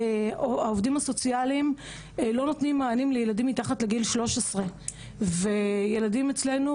העובדים סוציאליים לא נותנים מענה מתחת לגיל 13 וילדים אצלינו